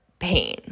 pain